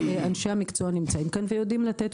אנשי המקצוע נמצאים כאן ויודעים לתת